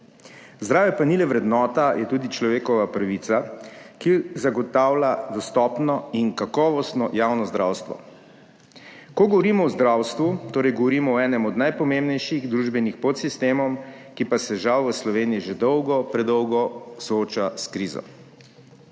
Zdravje pa ni le vrednota, je tudi človekova pravica, ki zagotavlja dostopno in kakovostno javno zdravstvo. Ko govorimo o zdravstvu torej govorimo o enem od najpomembnejših družbenih podsistemov, ki pa se žal v Sloveniji že dolgo, predolgo sooča s krizo.